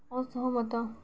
ଅସହମତ